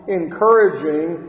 encouraging